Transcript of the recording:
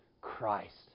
Christ